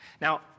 Now